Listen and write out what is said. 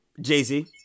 Jay-Z